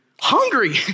hungry